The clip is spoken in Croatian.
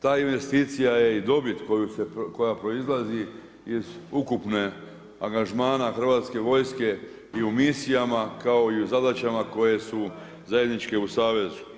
Ta investicija je i dobit koja proizlazi iz ukupnog angažmana hrvatske vojske i u misijama kao i u zadaćama koje su zajedničke u savezu.